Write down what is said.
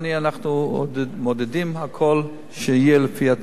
אנחנו מעודדים שהכול יהיה לפי התקן,